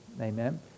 Amen